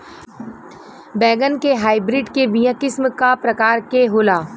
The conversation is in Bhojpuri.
बैगन के हाइब्रिड के बीया किस्म क प्रकार के होला?